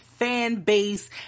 Fanbase